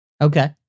Okay